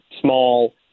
small